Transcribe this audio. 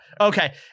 Okay